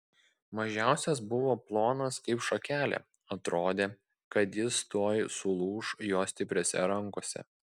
mažiausias buvo plonas kaip šakelė atrodė kad jis tuoj sulūš jo stipriose rankose